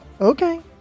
Okay